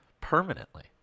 Permanently